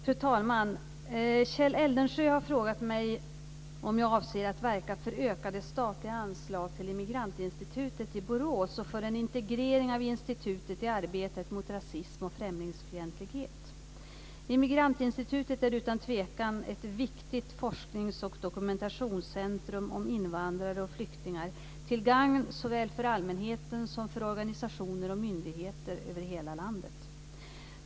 Fru talman! Kjell Eldensjö har frågat mig om jag avser att verka för ökade statliga anslag till Immigrantinstitutet i Borås och för en integrering av institutet i arbetet mot rasism och främlingsfientlighet. Immigrantinstitutet är utan tvekan ett viktigt forsknings och dokumentationscentrum om invandrare och flyktingar, till gagn såväl för allmänheten som för organisationer och myndigheter över hela landet.